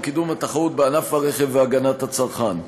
וכן קידום התחרות בענף הרכב והגנת הצרכן.